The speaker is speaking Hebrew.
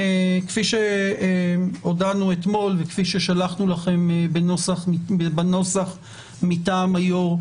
כפי שהודענו אתמול וכפי ששלחנו בנוסח אתמול מטעם היושב-ראש,